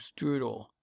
strudel